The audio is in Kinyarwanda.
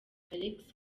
alexis